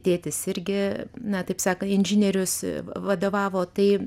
tėtis irgi na taip sakant inžinierius vadovavo tai